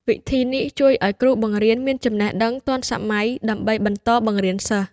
វិធីនេះជួយឱ្យគ្រូបង្រៀនមានចំណេះដឹងទាន់សម័យដើម្បីបន្តបង្រៀនសិស្ស។